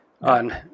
on